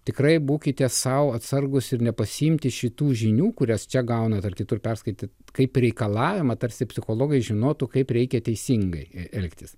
tikrai būkite sau atsargūs ir nepasiimti šitų žinių kurias čia gaunate ar kitur perskaityt kaip reikalavimą tarsi psichologai žinotų kaip reikia teisingai elgtis